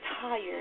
tired